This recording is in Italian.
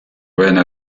venne